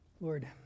Lord